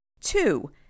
Two